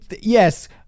yes